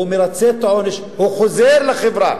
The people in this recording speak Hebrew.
הוא מרצה את העונש, הוא חוזר לחברה.